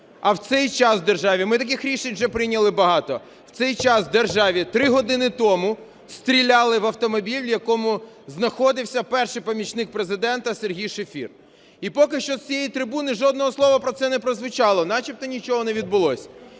А в цей час в державі… Ми таких рішень вже прийняли багато. В цей час в державі три години тому стріляли в автомобіль, в якому знаходився перший помічник Президента Сергій Шефір. І поки що з цієї трибуни жодного слова про це не прозвучало, начебто нічого не відбулося.